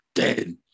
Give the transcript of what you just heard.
Dead